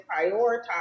prioritize